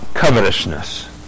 covetousness